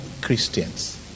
Christians